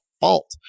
fault